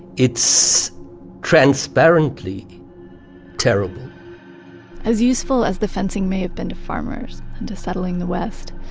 it's transparently terrible as useful as the fencing may have been to farmers and to settling the west,